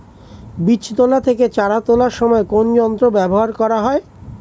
বীজ তোলা থেকে চারা তোলার সময় কোন যন্ত্র ব্যবহার করা হয়?